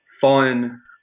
fun